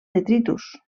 detritus